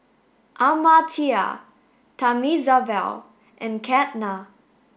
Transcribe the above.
Amartya Thamizhavel and Ketna